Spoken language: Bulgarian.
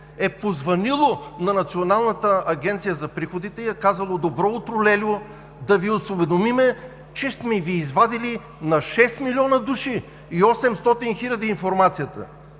е позвънило на Националната агенция за приходите и е казало: „Добро утро, лельо, да Ви осведомим, че сме Ви извадили на 6 милиона и 800 хиляди души информацията.“,